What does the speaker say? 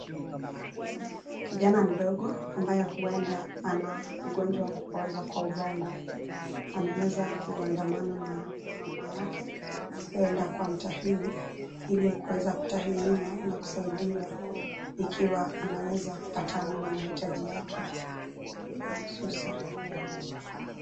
Kijana mdogo ambaye huenda ana ugonjwa wa kupooza kwa ubongo ameweza kuandamana na mama yake kwenda kwa mtahini ili kuweza kutahiniwa na kusaidiwa ikiwa anaweza kupatana na mahitaji yake hususa.